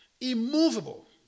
immovable